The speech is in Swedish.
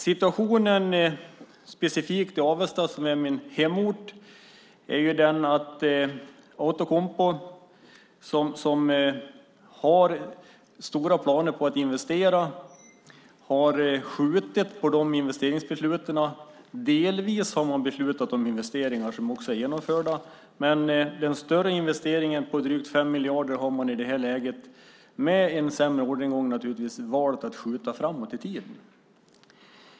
Den specifika situationen i Avesta, som är min hemort, är den att Outokumpu, som har stora planer på att investera, har skjutit upp investeringsbesluten. Delvis har man beslutat om investeringar som också är genomförda, men den större investeringen på drygt 5 miljarder har man i det här läget med en sämre orderingång naturligtvis valt att skjuta framåt i tiden.